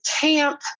camp